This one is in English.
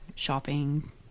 shopping